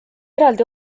eraldi